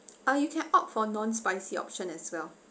ah you can opt for non spicy option as well